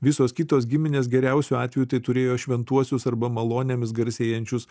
visos kitos giminės geriausiu atveju tai turėjo šventuosius arba malonėmis garsėjančius